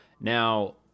Now